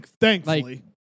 Thankfully